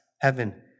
heaven